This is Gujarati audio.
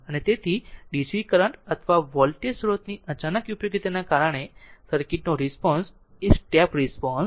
અને તેથી DC કરંટ અથવા વોલ્ટેજ સ્રોતની અચાનક ઉપયોગીતાને કારણે સર્કિટનો રિસ્પોન્સ એ સ્ટેપ રિસ્પોન્સ છે